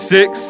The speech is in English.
Six